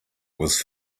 was